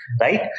right